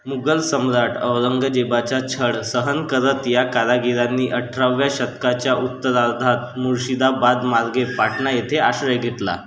मुघल सम्राट औरंगजेबाचा छळ सहन करत या कारागिरांनी अठराव्या शतकाच्या उत्तरार्धात मुर्शिदाबादमार्गे पाटणा येथे आश्रय घेतला